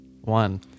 one